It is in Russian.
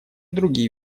другие